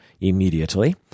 immediately